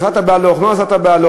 נסעת בהלוך,